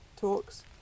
talks